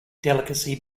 delicacy